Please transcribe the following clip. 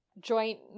joint